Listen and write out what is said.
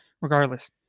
Regardless